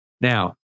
Now